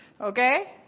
Okay